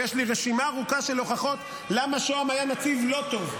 ויש לי רשימה ארוכה של הוכחות למה שוהם היה נציב לא טוב,